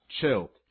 chill